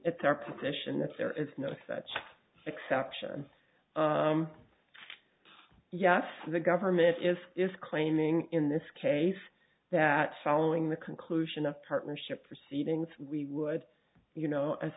it's our position that there is no such exception yes the government is is claiming in this case that following the conclusion of partnership proceedings we would you know as